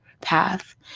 path